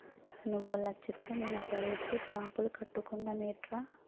నువ్వో లచ్చిత్తే నేనో పదేసి సాపులు కట్టుకుందమేట్రా